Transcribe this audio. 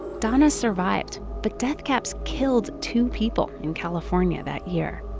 donna survived. but death caps killed two people in california that year.